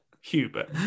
Hubert